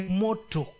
moto